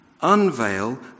unveil